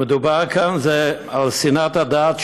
מדובר כאן על שנאת הדת,